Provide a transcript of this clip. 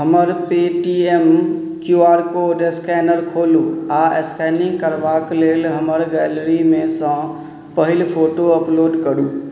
हमर Paytm Q R code scanner खोलू आओर स्कैनिंग करबाक लेल हमर गैलरीमे सँ पहिल फोटो अपलोड करू